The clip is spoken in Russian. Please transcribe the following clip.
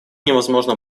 невозможно